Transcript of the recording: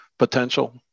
potential